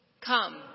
Come